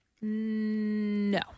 No